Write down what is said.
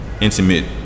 intimate